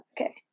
okay